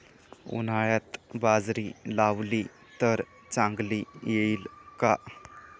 उन्हाळ्यात बाजरी लावली तर चांगली येईल का?